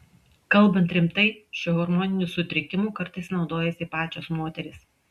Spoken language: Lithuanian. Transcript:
kalbant rimtai šiuo hormoniniu sutrikimu kartais naudojasi pačios moterys